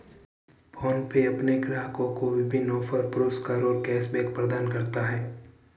PhonePe अपने ग्राहकों को विभिन्न ऑफ़र, पुरस्कार और कैश बैक प्रदान करता है